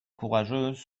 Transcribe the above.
courageuses